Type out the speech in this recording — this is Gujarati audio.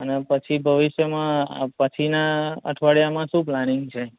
અને પછી ભવિષ્યમાં પછીનાં અઠવાડિયામાં શું પ્લાનિંગ છે